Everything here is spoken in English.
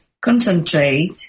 concentrate